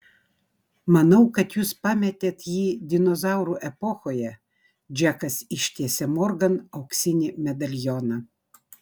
manau kad jūs pametėt jį dinozaurų epochoje džekas ištiesė morgan auksinį medalioną